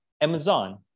Amazon